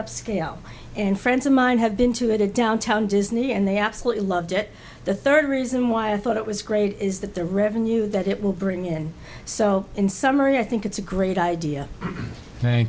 upscale and friends of mine have been to a downtown disney and they absolutely loved it the third reason why i thought it was great is that the revenue that it will bring in so in summary i think it's a great idea